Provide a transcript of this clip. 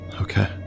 okay